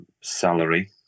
salary